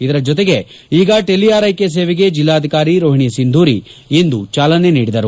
ಇದರ ಜೊತೆಗೆ ಈಗ ಟೆಲಿ ಆರೈಕೆ ಸೇವೆಗೆ ಜಿಲ್ಲಾಧಿಕಾರಿ ರೋಹಿಣಿ ಸಿಂಧೂರಿ ಇಂದು ಚಾಲನೆ ನೀಡಿದರು